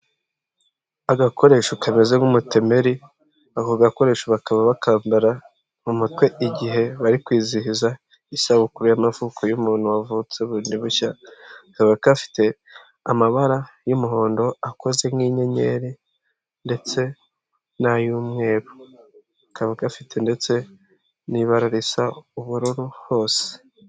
Agakoresho kameze nk'umutemeri ako gakoresho bakaba bakambara mu mutwe igihe bari kwizihiza isabukuru y'amavuko y'umuntu wavutse bundi bushya, kakaba kafite amabara y'umuhondo akozwe nk'inyenyeri ndetse n'ay'umweru, kaba gafite ndetse n'ibara risa ubururu hose.